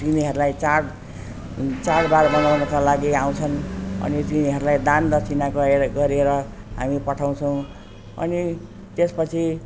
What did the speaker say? तिनीहरूलाई चाड चाडबाड मनाउनका लागि आउँछन् अनि तिनीहरूलाई दान दक्षिणा गर गरेर हामी पठाउँछौँ अनि त्यस पछि